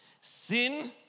Sin